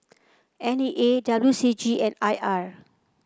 N E A W C G and I R